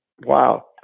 wow